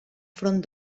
front